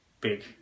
big